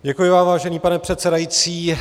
Děkuji vám, vážený pane předsedající.